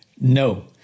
No